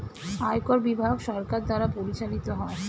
আয়কর বিভাগ সরকার দ্বারা পরিচালিত হয়